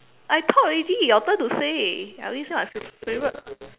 I talk already your turn to say I already say my favorite